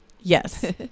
yes